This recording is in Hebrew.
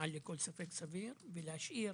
מעל כל ספק סביר, ולהשאיר